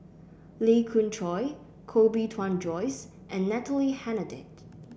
Lee Khoon Choy Koh Bee Tuan Joyce and Natalie Hennedige